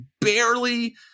barely